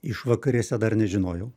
išvakarėse dar nežinojau